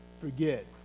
forget